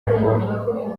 rouge